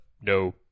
no